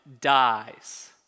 dies